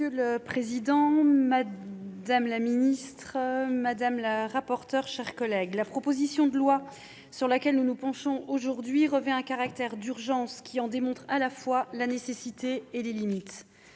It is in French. Monsieur le président, madame la secrétaire d'État, madame la rapporteur, mes chers collègues, la proposition de loi sur laquelle nous nous penchons aujourd'hui revêt un caractère d'urgence qui en démontre à la fois la nécessité et les limites.